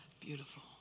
beautiful